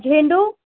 झेंडू